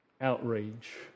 outrage